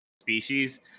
species